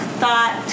thought